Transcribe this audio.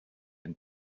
and